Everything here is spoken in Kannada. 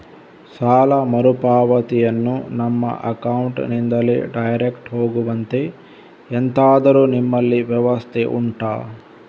ಸಾಲ ಮರುಪಾವತಿಯನ್ನು ನಮ್ಮ ಅಕೌಂಟ್ ನಿಂದಲೇ ಡೈರೆಕ್ಟ್ ಹೋಗುವಂತೆ ಎಂತಾದರು ನಿಮ್ಮಲ್ಲಿ ವ್ಯವಸ್ಥೆ ಉಂಟಾ